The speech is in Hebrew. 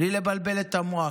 בלי לבלבל את המוח,